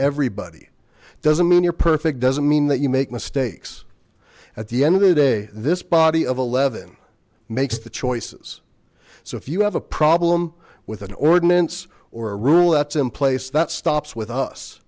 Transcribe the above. everybody doesn't mean you're perfect doesn't mean that you make mistakes at the end of the day this body of eleven makes the choices so if you have a problem with an ordinance or a rule that's in place that stops with us